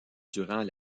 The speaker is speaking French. durant